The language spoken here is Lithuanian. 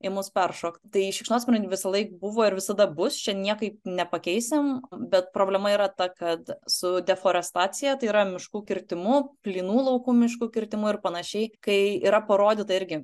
į mus peršokt tai šikšnosparniai visąlaik buvo ir visada bus čia niekaip nepakeisim bet problema yra ta kad su deforestacija tai yra miškų kirtimu plynų laukų miškų kirtimu ir panašiai kai yra parodyta irgi